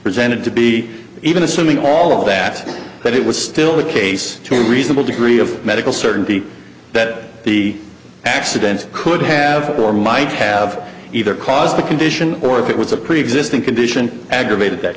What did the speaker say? presented to be even assuming all that but it was still the case to a reasonable degree of medical certainty that the accident could have or might have either caused the condition or if it was a preexisting condition aggravated that